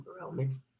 Roman